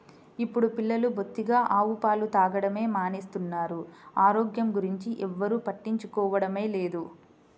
ఇప్పుడు పిల్లలు బొత్తిగా ఆవు పాలు తాగడమే మానేస్తున్నారు, ఆరోగ్యం గురించి ఎవ్వరు పట్టించుకోవడమే లేదు